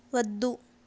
వద్దు